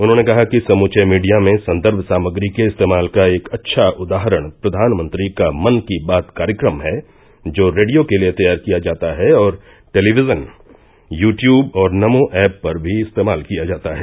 उन्होंने कहा कि समूचे मीडिया में संदर्भ सामग्री के इस्तेमाल का एक अच्छा उदाहरण प्रधानमंत्री का मन की बात कार्यक्रम है जो रेडियो के लिए तैयार किया जाता है जो टेलीविजन यू ट्यूब और नमो ऐप पर भी इस्तेमाल किया जाता है